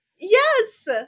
Yes